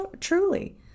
truly